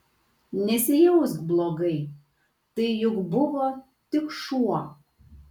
nesijausk blogai tai juk buvo tik šuo